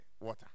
water